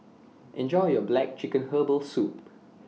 Enjoy your Black Chicken Herbal Soup